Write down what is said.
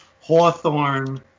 Hawthorne